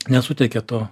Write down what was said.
nesuteikia to